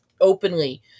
openly